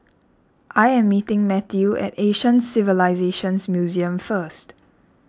I am meeting Matthew at Asian Civilisations Museum first